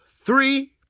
three